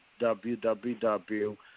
www